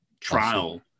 trial